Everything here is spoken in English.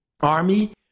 Army